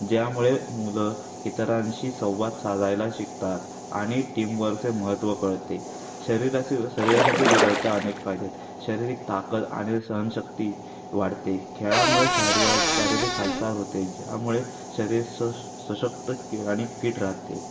ज्यामुळे मुलं इतरांशी संवाद साधायला शिकतात आणि टीमवर्कचे महत्त्व कळते शरीरासे शरीरासाठी बघितला तर अनेक फायदे आहेत शारीरिक ताकद आणि सहनशक्ती वाढते खेळामुळे शारीरा शारीरिक हालचाल होते ज्यामुळे शरीर सश सशक्त आणि फिट राहते